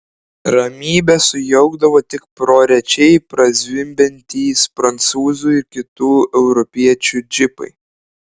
ramybę sujaukdavo tik prorečiai prazvimbiantys prancūzų ir kitų europiečių džipai